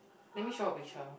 let me show a picture